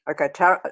okay